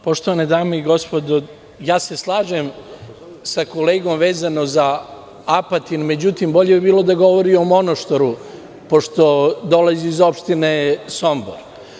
Poštovane dame i gospodo, slažem se sa kolegom vezano za Apatin, međutim bolje bi bilo da govori o Monoštoru, pošto dolazi iz opštine Sombor.